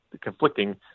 conflicting